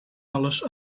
alles